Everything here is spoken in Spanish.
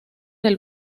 del